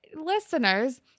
listeners